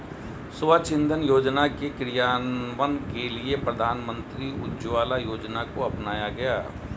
स्वच्छ इंधन योजना के क्रियान्वयन के लिए प्रधानमंत्री उज्ज्वला योजना को अपनाया गया